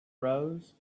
rose